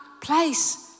place